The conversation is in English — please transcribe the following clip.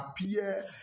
appear